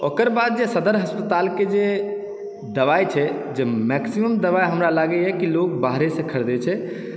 ओकर बाद जे सदर अस्पतालके जे दवाइ छै जे मैक्सिमम दवाइ हमरा लागैए कि लोग बाहरेसँ खरिदै छै